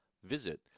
Visit